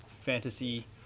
fantasy